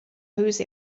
whose